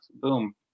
Boom